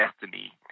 destiny